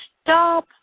stop